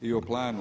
I o planu.